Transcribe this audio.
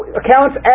accounts